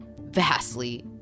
vastly